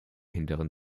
hinteren